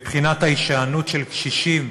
מבחינת ההישענות של קשישים